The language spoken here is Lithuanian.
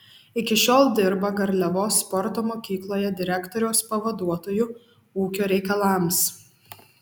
iki šiol dirba garliavos sporto mokykloje direktoriaus pavaduotoju ūkio reikalams